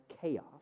chaos